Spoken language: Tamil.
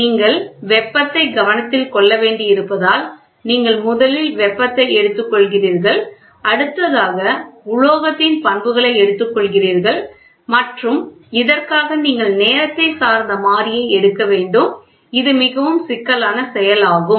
நீங்கள் வெப்பத்தை கவனத்தில் கொள்ள வேண்டியிருப்பதால் நீங்கள் முதலில் வெப்பத்தை எடுத்துக்கொள்கிறீர்கள் அடுத்ததாக உலோகத்தின் பண்புகளை எடுத்துக்கொள்கிறீர்கள் மற்றும் இதற்காக நீங்கள் நேரத்தை சார்ந்த மாறியை எடுக்க வேண்டும் இது மிகவும் சிக்கலான செயல் ஆகும்